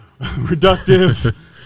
reductive